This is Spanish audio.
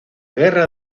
guerra